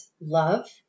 love